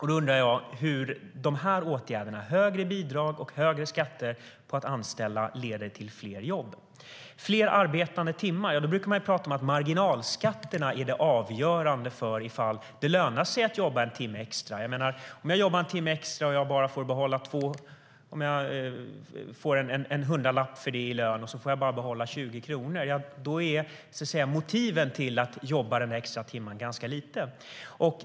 Jag undrar hur åtgärder som högre bidrag och högre skatter för att anställa leder till fler jobb. Fler arbetade timmar - ja, då brukar man prata om att marginalskatterna är det avgörande för ifall det lönar sig att jobba en timme extra. Om jag jobbar en timme extra och får en hundralapp i lön och bara får behålla 20 kronor är motivet för att jobba den extra timmen ganska litet.